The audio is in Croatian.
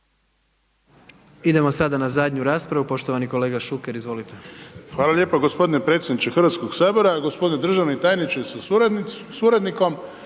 Idemo sada na zadnju raspravu. Poštovani kolega Šuker, izvolite. **Šuker, Ivan (HDZ)** Hvala lijepa gospodine predsjedniče Hrvatskog sabora. Gospodine državni tajniče sa suradnikom.